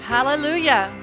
Hallelujah